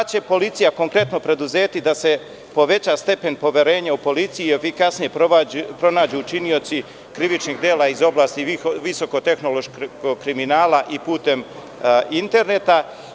Šta će policija konkretno preduzeti da se poveća stepen poverenja u policiju i efikasnije pronađu učiniocu krivičnih dela iz oblasti visoko-tehnološkog kriminala i putem interneta?